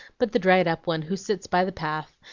but the dried-up one who sits by the path,